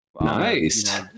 Nice